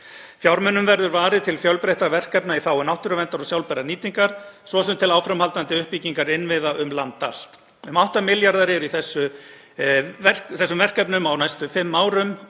Fjármunum verður varið til fjölbreyttra verkefna í þágu náttúruverndar og sjálfbærrar nýtingar, svo sem til áframhaldandi uppbyggingar innviða um land allt. Um 8 milljarðar eru í þessum verkefnum á næstu fimm árum